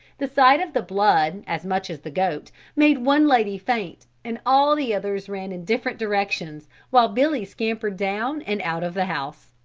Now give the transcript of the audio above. the sight of the blood as much as the goat made one lady faint and all the others ran in different directions while billy scampered down and out of the house.